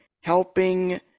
helping